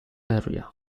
area